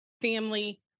family